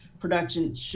production